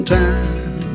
time